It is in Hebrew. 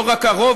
לא רק הרוב,